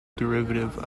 derivative